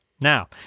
Now